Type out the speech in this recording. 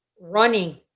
running